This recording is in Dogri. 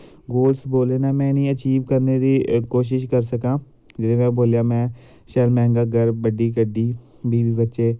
गोलस बोल्ला ना में इनें अचीव करने दी कोशिश करी सकां जेह्दे बारै बोल्लेआ में शैल मैंह्गा घर बड्डी गड्डी बीबी बच्चे